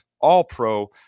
all-pro